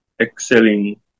excelling